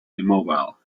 immobile